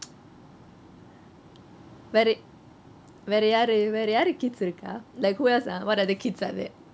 வேற யாரு வேற யாரு: vereh yaaru vereh yaru kids இருக்கா:irukaa like who else ah what other kids are there